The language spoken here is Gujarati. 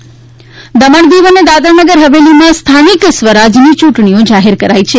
દ મણ ચૂંટણી દમણ દીવ અને દાદરાનગર હવેલીમાં સ્થાનિક સ્વરાજની યૂંટણીઓ જાહેર કરાઈ છે